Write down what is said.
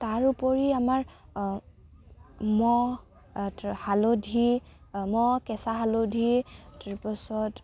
তাৰ উপৰি আমাৰ হালধি কেঁচা হালধি তাৰপিছত